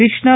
Krishna